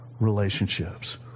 relationships